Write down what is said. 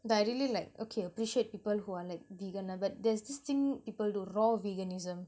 but really like okay appreciate people who are like vegan lah but there's this thing people do raw veganism